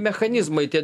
mechanizmai tie